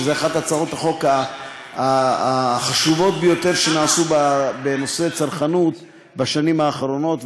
שזו אחת מהצעות החוק החשובות ביותר שנעשו בנושא צרכנות בשנים האחרונות,